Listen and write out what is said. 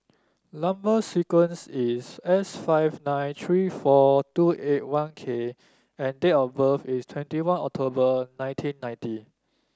number sequence is S five nine three four two eight one K and date of birth is twenty one October nineteen ninety